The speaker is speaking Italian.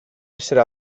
essere